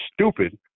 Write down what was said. stupid